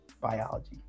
biology